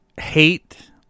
hate